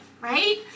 right